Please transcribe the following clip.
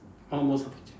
orh most the project